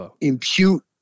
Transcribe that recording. impute